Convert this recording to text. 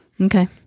Okay